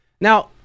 Now